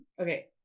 Okay